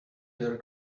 their